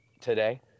today